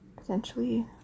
potentially